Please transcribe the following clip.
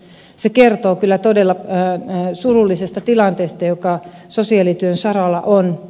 se kertoo kyllä todella surullisesta tilanteesta joka sosiaalityön saralla on